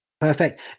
perfect